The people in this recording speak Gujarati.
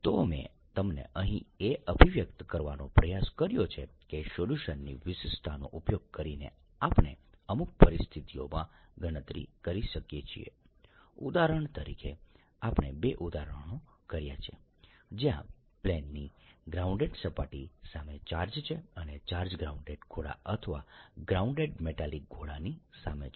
તો મેં તમને અહીં એ અભિવ્યક્ત કરવાનો પ્રયાસ કર્યો છે કે સોલ્યુશનની વિશિષ્ટતાનો ઉપયોગ કરીને આપણે અમુક પરિસ્થિતિઓમાં ગણતરી કરી શકીએ છીએ ઉદાહરણ તરીકે આપણે બે ઉદાહરણો કર્યા છે જ્યાં પ્લેનની ગ્રાઉન્ડેડ સપાટીની સામે ચાર્જ છે અને ચાર્જ ગ્રાઉન્ડેડ ગોળા અથવા ગ્રાઉન્ડેડ મેટાલિક ગોળાની સામે છે